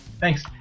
Thanks